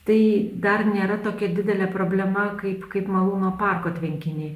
tai dar nėra tokia didelė problema kaip kaip malūno parko tvenkiniai